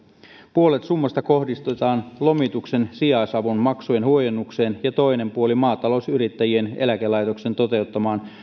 puolet summasta kohdistetaan lomituksen sijaisavun maksujen huojennukseen ja toinen puoli maatalousyrittäjien eläkelaitoksen toteuttamaan